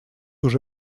уже